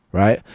right?